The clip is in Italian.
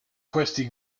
questi